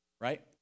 right